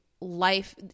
life